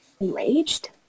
enraged